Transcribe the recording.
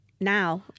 now